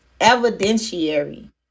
evidentiary